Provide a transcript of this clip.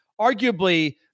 arguably